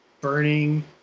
burning